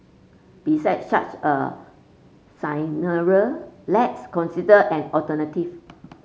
besides such a scenario let's consider an alternative